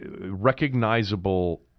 recognizable